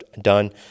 done